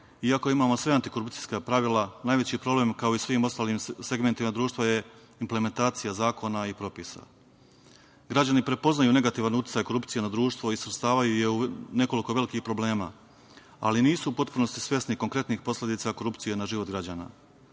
iako imamo sva antikorupcijska pravila, najveći je problem, kao i u svim ostalim segmentima društva, implementacija zakona i propisa. Građani prepoznaju negativan uticaj korupcije na društvo i svrstavaju je u nekoliko velikih problema, ali nisu u potpunosti svesni konkretnih posledica korupcije na život građana.